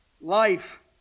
Life